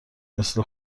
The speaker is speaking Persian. مثل